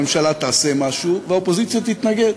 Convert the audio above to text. הממשלה תעשה משהו והאופוזיציה תתנגד.